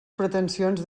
pretensions